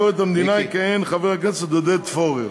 יכהן חבר הכנסת עודד פורר